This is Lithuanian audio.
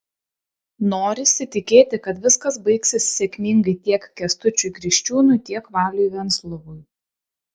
norisi tikėti kad viskas baigsis sėkmingai tiek kęstučiui kriščiūnui tiek valiui venslovui